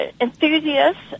enthusiasts